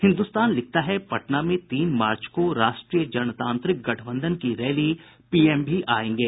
हिन्दुस्तान लिखता है पटना में तीन मार्च को राष्ट्रीय जनतांत्रिक गठबंधन की रैली पीएम भी आयेंगे